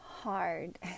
hard